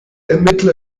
ermittler